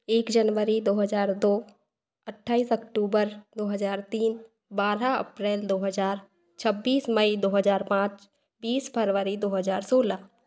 एक जनवरी दो हज़ार दो अट्ठाईस अक्टूबर दो हज़ार तीन बारह अप्रैल दो हज़ार छब्बीस मई दो हज़ार पाँच तीस फरवरी दो हज़ार सोलह